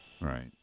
Right